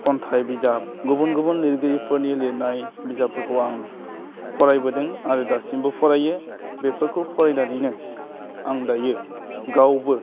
खन्थाइ बिजाब गुबुन गुबुन लिरगिरिफोदनि लिरनाय बिजाबफोरखौ आं फरायबोदों आरो दासिमबो फरायो बेफोरखौ फरायनानैनो आं दायो गावबो